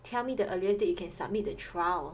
tell me the earliest date you can submit the trial